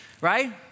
right